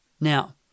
Now